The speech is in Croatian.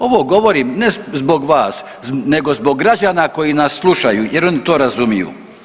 Ovo govorim ne zbog vas nego zbog građana koji nas slušaju jer oni to razumiju.